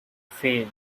failed